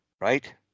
right